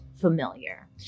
familiar